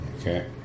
Okay